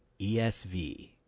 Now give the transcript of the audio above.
ESV